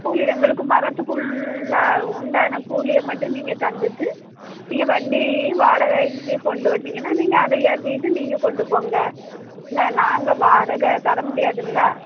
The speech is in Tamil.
கூலி எங்களுக்கும் மரத்துக்கு உள்ள உண்டான கூலிய மட்டும் நீங்கள் தந்துட்டு நீங்கள் வண்டியையும் வாடகை நீங்கள் கொண்டு வந்தீங்கன்னா நீங்கள் அதை ஏற்றிக்கிட்டு நீங்கள் கொண்டு போங்க ஏன்னா நாங்கள் வாடகை தர முடியாதுல